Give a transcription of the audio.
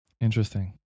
Interesting